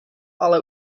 ale